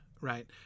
right